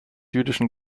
jüdischen